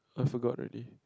I forgot already